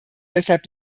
deshalb